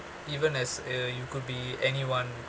even as uh you could be anyone